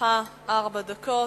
לרשותך ארבע דקות.